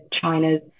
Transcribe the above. China's